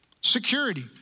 Security